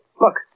look